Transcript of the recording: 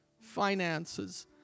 finances